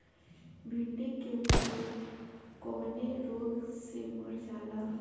भिन्डी के फूल कौने रोग से मर जाला?